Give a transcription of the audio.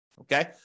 okay